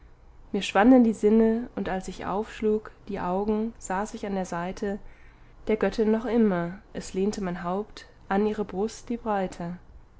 mir schwanden die sinne und als ich aufschlug die augen saß ich an der seite der göttin noch immer es lehnte mein haupt an ihre brust die breite